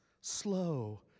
slow